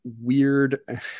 weird